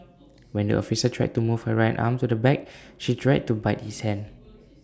when the officer tried to move her right arm to the back she tried to bite his hand